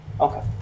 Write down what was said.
okay